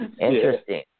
Interesting